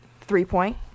three-point